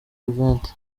event